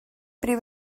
prif